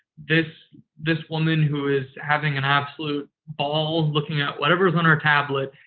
this this woman who is having an absolute ball looking at whatever is on her tablet,